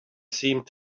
seemed